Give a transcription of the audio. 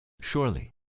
Surely